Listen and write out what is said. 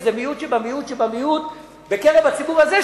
שזה מיעוט שבמיעוט שבמיעוט בקרב הציבור הזה,